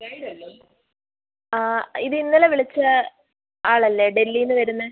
ആ ഇത് ഇന്നലെ വിളിച്ച ആളല്ലേ ഡൽഹിയിൽ നിന്ന് വരുന്നത്